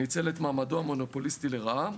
ניצל את מעמדו המונופוליסטי לרעה.